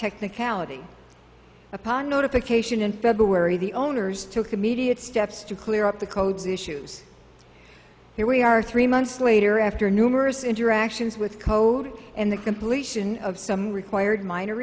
technicality upon notification in february the owners took immediate steps to clear up the codes issues here we are three months later after numerous interactions with code and the completion of some required minor